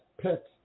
pets